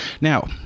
Now